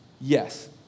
yes